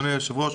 אדוני היושב-ראש,